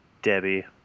Debbie